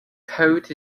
coat